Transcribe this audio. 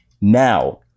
Now